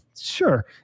sure